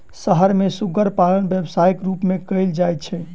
शहर मे सुग्गर पालन व्यवसायक रूप मे कयल जाइत छै